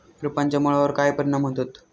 रोपांच्या मुळावर काय परिणाम होतत?